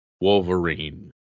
Wolverine